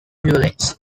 dwellings